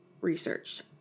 researched